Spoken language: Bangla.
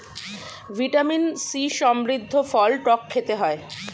ভিটামিন সি সমৃদ্ধ ফল টক খেতে হয়